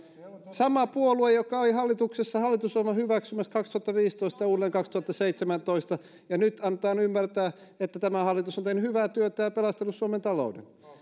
sama puolue oli hallituksessa hallitusohjelmaa hyväksymässä kaksituhattaviisitoista ja uudelleen kaksituhattaseitsemäntoista nyt annetaan ymmärtää että tämä hallitus on tehnyt hyvää työtä ja pelastanut suomen talouden